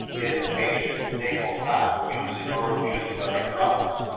is the patient stable, not using or abusing other drugs?